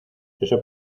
eso